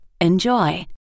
Enjoy